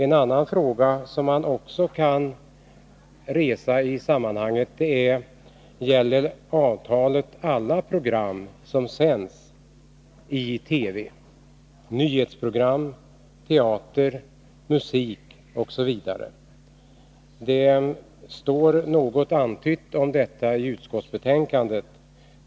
En annan fråga som man också kan resa i sammanhanget är: Gäller avtalet alla program som sänds i TV — nyhetsprogram, teater, musik osv.? Det står något antytt om detta i utskottsbetänkandet.